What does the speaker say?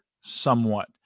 Somewhat